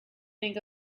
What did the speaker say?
think